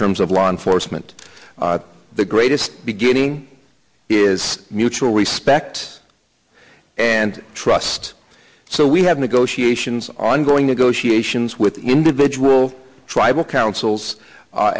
terms of law enforcement the greatest beginning is mutual respect and trust so we have negotiations ongoing negotiations with individual tribal councils